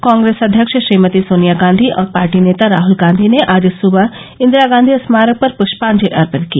कांग्रेस अध्यक्ष श्रीमती सोनिया गांधी और पार्टी नेता राहुल गांधी ने आज सुबह इन्दिरा गांधी स्मारक पर पुष्पांजलि अर्पित की